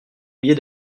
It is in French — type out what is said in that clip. oublié